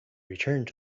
returned